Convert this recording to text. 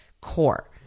core